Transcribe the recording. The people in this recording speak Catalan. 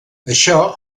això